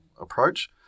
approach